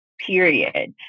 period